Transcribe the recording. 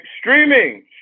streaming